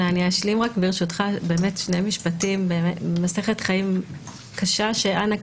אשלים ברשותך שני משפטים: מסכת חיים קשה שאנה,